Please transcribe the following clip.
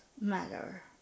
matter